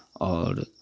आओर